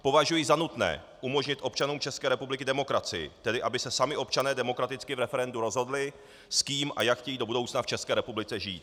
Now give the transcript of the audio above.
Považuji za nutné umožnit občanům České republiky demokracii, tedy aby se sami občané demokraticky v referendu rozhodli, s kým a jak chtějí do budoucna v České republice žít.